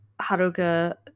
Haruka